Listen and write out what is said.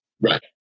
Right